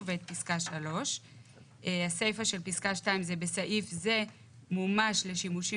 ואת פסקה 3. הסייפה של פסקה 2 זה בסעיף זה "מומש לשימושים